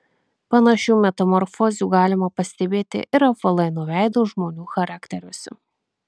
panašių metamorfozių galima pastebėti ir apvalaino veido žmonių charakteriuose